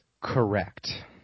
correct